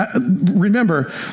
Remember